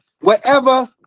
wherever